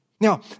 Now